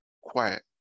quiet